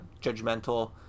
judgmental